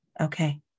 Okay